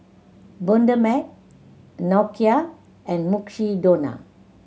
Bundaberg Nokia and Mukshidonna